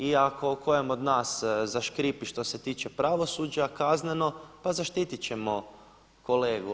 I ako kojem od nas zaškripi što se tiče pravosuđa kazneno pa zaštitit ćemo kolegu.